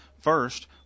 First